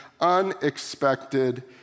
Unexpected